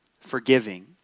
forgiving